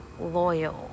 loyal